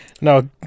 no